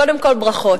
קודם כול ברכות,